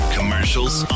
Commercials